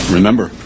Remember